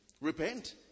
Repent